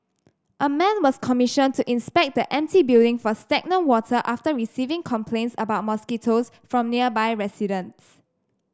a man was commissioned to inspect the empty building for stagnant water after receiving complaints about mosquitoes from nearby residents